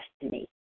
destiny